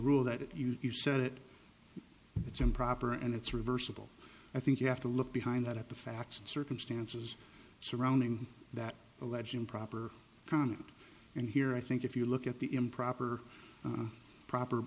rule that you you said it it's improper and it's reversible i think you have to look behind that at the facts and circumstances surrounding that alleged improper conduct and here i think if you look at the improper proper